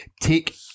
take